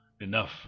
Enough